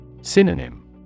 Synonym